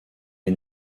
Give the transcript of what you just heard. les